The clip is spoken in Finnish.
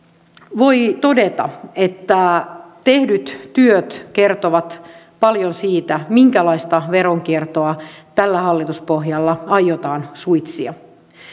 voi todeta että tehdyt työt kertovat paljon siitä minkälaista veronkiertoa tällä hallituspohjalla aiotaan suitsia